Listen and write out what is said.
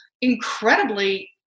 incredibly